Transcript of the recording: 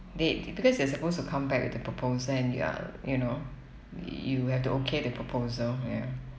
they because they're supposed to come back with the proposal and you are you know you have to okay the proposal ya